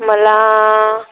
मला